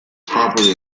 properly